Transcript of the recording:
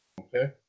Okay